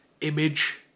image